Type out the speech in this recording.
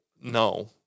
No